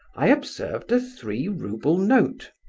i observed a three-rouble note.